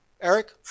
Eric